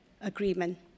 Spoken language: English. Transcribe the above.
Agreement